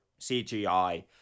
CGI